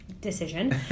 decision